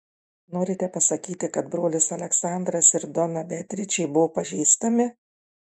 norite pasakyti kad brolis aleksandras ir dona beatričė buvo pažįstami